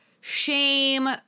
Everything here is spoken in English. shame